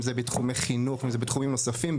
אם זה בתחומי חינוך ואם זה בתחומים נוספים.